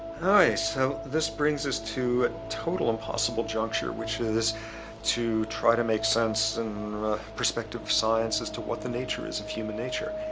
so, this brings us to a total impossible juncture which is to try to make sense in perspective science as to what that nature is of human nature.